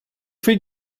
three